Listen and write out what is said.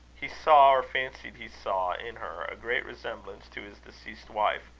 he saw, or fancied he saw in her, a great resemblance to his deceased wife,